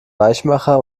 weichmacher